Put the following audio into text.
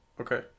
okay